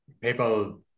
people